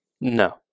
No